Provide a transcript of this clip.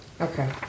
Okay